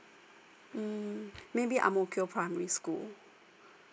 mm maybe ang mo kio primary school